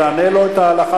תענה לו את ההלכה,